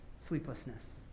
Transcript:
sleeplessness